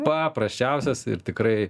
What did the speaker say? paprasčiausias ir tikrai